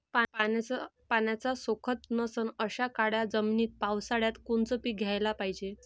पाण्याचा सोकत नसन अशा काळ्या जमिनीत पावसाळ्यात कोनचं पीक घ्याले पायजे?